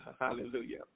Hallelujah